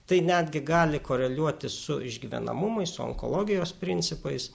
tai netgi gali koreliuoti su išgyvenamumais su onkologijos principais